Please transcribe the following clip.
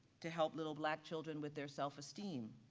to help little black children with their self esteem,